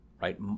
right